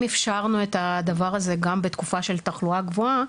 אם אפשרנו את הדבר הזה גם בתקופה של תחלואה גבוהה,